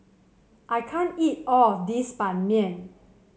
I can't eat all of this Ban Mian